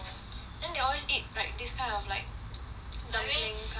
then they always eat like this kind of like cold thing kind of like